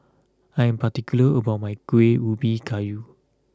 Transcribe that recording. I am particular about my Kuih Ubi Kayu